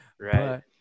right